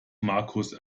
markus